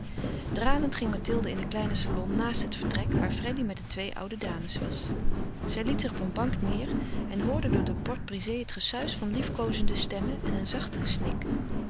dralend ging mathilde in den kleinen salon naast het vertrek waar freddy met de twee oude dames was zij liet zich op een bank neêr en hoorde door de porte-brisée het gesuis van liefkoozende stemmen en een zacht gesnik